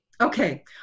Okay